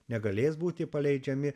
negalės būti paleidžiami